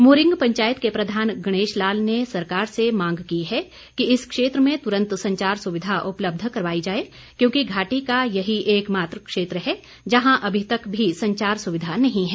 mooring panchayat के प्रधान गणेश लाल ने सरकार से मांग की है कि इस क्षेत्र में तुरंत संचार सुविधा उलब्ध करवाई जाए क्योंकि घाटी का यही एकमात्र क्षेत्र है जहां अभी तक भी संचार सुविधा नहीं है